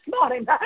morning